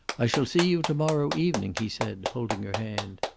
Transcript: i shall see you to-morrow evening, he said, holding her hand.